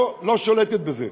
לא שולטת בזה.